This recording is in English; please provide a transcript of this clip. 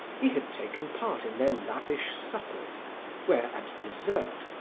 he had taken part in their lavish suppers where, at dessert,